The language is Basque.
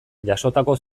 jasotako